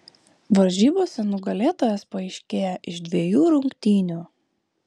varžybose nugalėtojas paaiškėja iš dviejų rungtynių